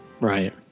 Right